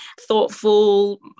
thoughtful